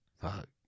fuck